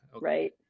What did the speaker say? Right